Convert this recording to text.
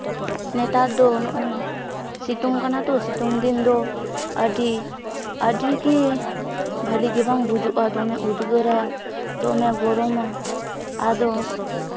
ᱱᱮᱛᱟᱨ ᱫᱚ ᱱᱚᱜᱼᱚᱭ ᱥᱤᱛᱩᱝ ᱠᱟᱱᱟ ᱛᱚ ᱥᱤᱛᱩᱝ ᱫᱤᱱ ᱫᱚ ᱟᱹᱰᱤ ᱟᱹᱰᱤᱜᱮ ᱵᱷᱟᱹᱞᱤ ᱜᱮᱵᱟᱝ ᱵᱩᱡᱩᱜᱼᱟ ᱫᱚᱢᱮ ᱩᱫᱽᱜᱟᱹᱨᱟ ᱫᱚᱢᱮ ᱜᱚᱨᱚᱢᱟ ᱟᱫᱚ